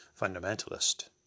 fundamentalist